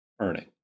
earning